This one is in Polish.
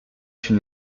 się